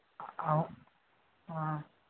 అవును